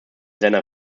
seiner